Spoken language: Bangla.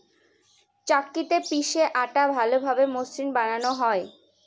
চাক্কিতে পিষে আটা ভালোভাবে মসৃন বানানো হয়